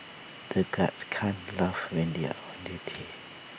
the guards can't laugh when they are on duty